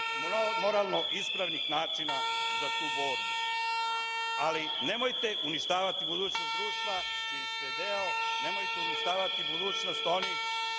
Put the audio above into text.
moralno ispravnih načina za tu borbu, ali nemojte uništavati budućnost društva jer ste deo, nemojte uništavati budućnost onih